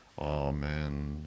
Amen